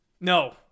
no